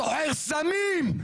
סוחר סמים,